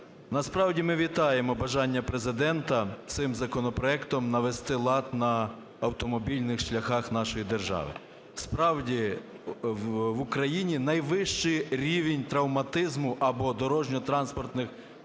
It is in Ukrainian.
Насправді ми вітаємо бажання Президента цим законопроектом навести лад на автомобільних шляхах нашої держави. Справді, в Україні найвищий рівень травматизму або дорожньо-транспортних пригод